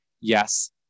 Yes